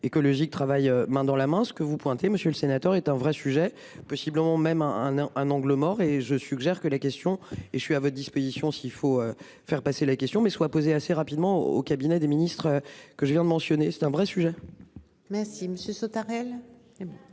écologique travaillent main dans la main, ce que vous pointez monsieur le sénateur est un vrai sujet possiblement même un, un, un, un angle mort et je suggère que la question et je suis à votre disposition si il faut faire passer la question mais soit posé assez rapidement au cabinet des ministres que je viens de mentionner, c'est un vrai sujet. Merci monsieur Sautarel.